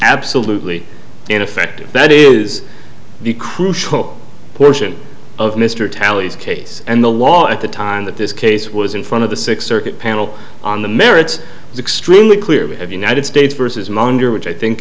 absolutely ineffective that is the crucial portion of mr tallies case and the law at the time that this case was in front of the six circuit panel on the merits is extremely clear we have united states versus monder which i think